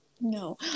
no